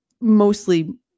mostly